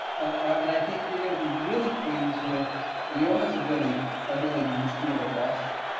and i think you're going to be really pleased with leona's ability ability to steal the best.